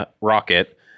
rocket